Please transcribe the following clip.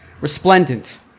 resplendent